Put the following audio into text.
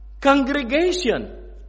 congregation